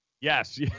Yes